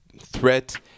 threat